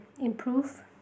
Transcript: improve